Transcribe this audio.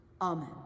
Amen